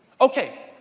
Okay